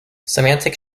semantic